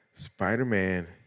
Spider-Man